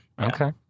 Okay